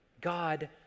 God